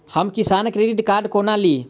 हम किसान credit card कोना ली?